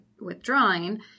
withdrawing